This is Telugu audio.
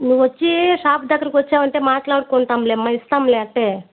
నువ్వు వచ్చి షాప్ దగ్గరకు వచ్చావంటే మాట్లాడుకుంటాములేమ్మా ఇస్తాములే అట్లే